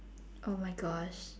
oh my gosh